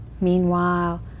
Meanwhile